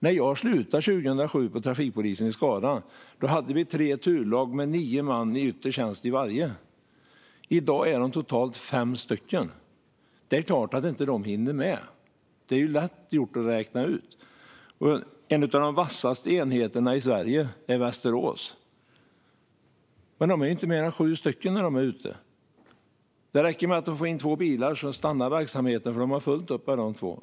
När jag slutade 2007 på trafikpolisen i Skara hade vi tre turlag med nio man i yttre tjänst i varje. I dag är de totalt fem stycken. Det är klart att de inte hinner med. Det är lätt att räkna ut. En av de vassaste enheterna i Sverige är den i Västerås. Men de är inte mer än sju stycken när de är ute. Det räcker att de får in två bilar så stannar verksamheten, eftersom de har fullt upp med de två.